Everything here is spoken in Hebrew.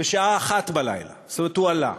בשעה 01:00. זאת אומרת, הוא עלה.